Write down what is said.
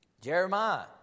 Jeremiah